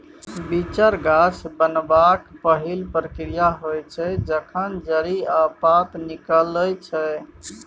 बीचर गाछ बनबाक पहिल प्रक्रिया होइ छै जखन जड़ि आ पात निकलै छै